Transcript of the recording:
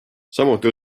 samuti